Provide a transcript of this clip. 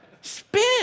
Spit